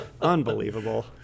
Unbelievable